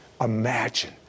imagine